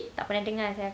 tak pernah dengar sia